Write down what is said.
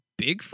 Bigfoot